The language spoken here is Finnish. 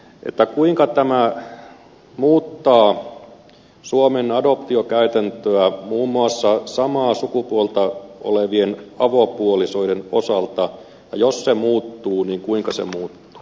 että kuinka tämä on muuttanut suomen adoptiokäytäntöä muun muassa samaa sukupuolta olevien avopuolisoiden osalta jos se muuttuu niin kuinka savua